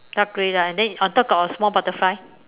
dark grey lah and then on top got a small butterfly